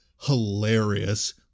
hilarious